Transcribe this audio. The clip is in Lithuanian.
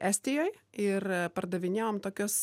estijoj ir pardavinėjom tokius